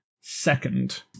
second